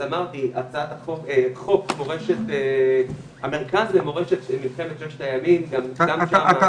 אז יש את חוק המרכז למורשת מלחמת ששת הימים --- אדוני,